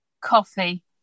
coffee